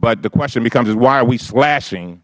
but the question becomes why are we slashing